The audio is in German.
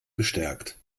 bestärkt